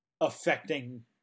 affecting